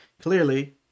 Clearly